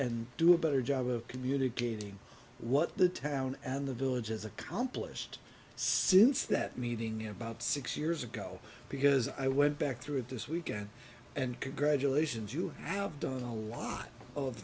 and do a better job of communicating what the town and the villages accomplished since that meeting about six years ago because i went back through it this weekend and congratulations you have done a lot of